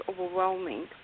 overwhelming